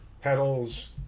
Pedals